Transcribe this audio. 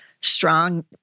strong